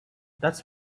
that’s